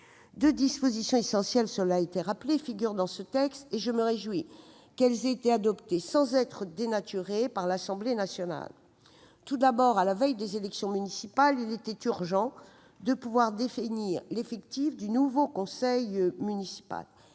Deux dispositions essentielles figurent dans ce texte, et je me réjouis qu'elles aient été adoptées, sans être dénaturées, par l'Assemblée nationale. Tout d'abord, à la veille des élections municipales, il était urgent de pouvoir définir l'effectif du nouveau conseil municipal.